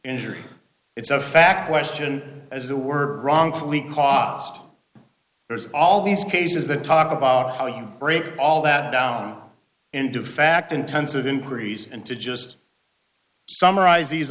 injury it's a fact question as they were wrongfully cost there's all these cases that talk about how we can break all that down into fact intensive inquiries and to just summarize these